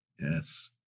Yes